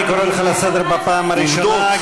אני קורא אותך לסדר פעם ראשונה,